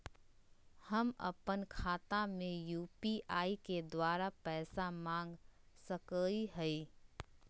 हम अपन खाता में यू.पी.आई के द्वारा पैसा मांग सकई हई?